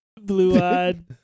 blue-eyed